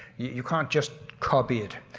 you can't just copy it,